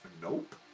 Nope